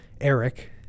Eric